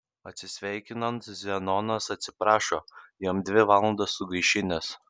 atsisveikinant zenonas atsiprašo jam dvi valandas sugaišinęs